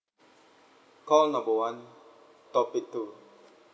call number one topic two